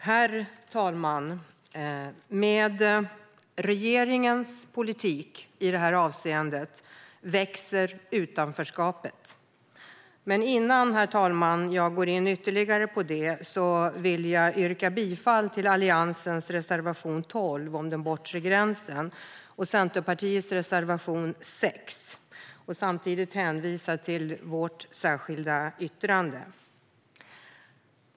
Herr talman! Med regeringens politik i denna fråga växer utanförskapet. Men innan jag går in ytterligare på denna fråga, herr talman, vill jag yrka bifall till Alliansens reservation 12 om den bortre gränsen och Centerpartiets reservation 6. Samtidigt hänvisar jag till vårt särskilda yttrande.